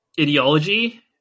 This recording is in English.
ideology